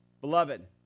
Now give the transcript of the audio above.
Beloved